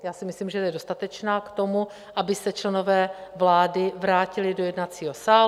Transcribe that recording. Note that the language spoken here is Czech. Já si myslím, že je dostatečná k tomu, aby se členové vlády vrátili do jednacího sálu.